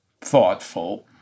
thoughtful